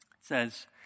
says